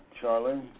Charlie